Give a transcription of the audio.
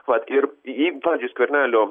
vat ir jeigu pavyzdžiui skvernelio